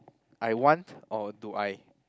I want or do I